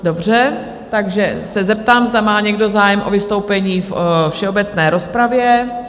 Dobře, takže se zeptám, zda má někdo zájem o vystoupení ve všeobecné rozpravě?